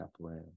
capoeira